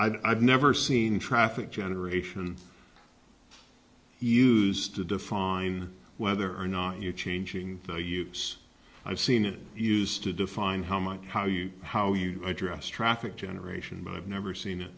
will i've never seen traffic generation used to define whether or not you're changing values i've seen it used to define how much how you how you address traffic generation but i've never seen it